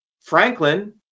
Franklin